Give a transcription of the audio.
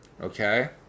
Okay